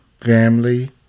family